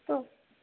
अस्तु